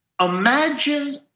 Imagine